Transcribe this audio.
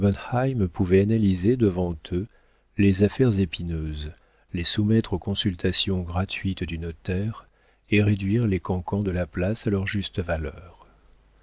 analyser devant eux les affaires épineuses les soumettre aux consultations gratuites du notaire et réduire les cancans de la place à leur juste valeur